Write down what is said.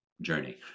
journey